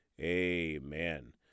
amen